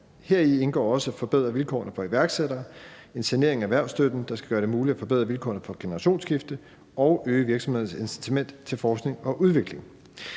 Heri indgår også det at forbedre vilkårene for iværksættere og en sanering af erhvervsstøtten, der skal gøre det muligt at forbedre vilkårene for et generationsskifte og øge virksomhedernes incitament til forskning og udvikling.